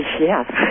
Yes